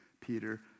Peter